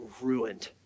ruined